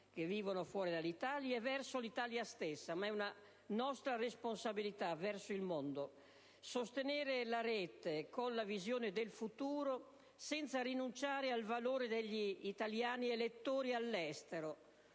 che vivono fuori dall'Italia, verso l'Italia stessa, verso il mondo. Sostenere la rete con la visione del futuro senza rinunciare al valore degli italiani elettori all'estero,